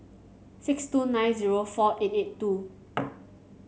six two nine zero four eight eight two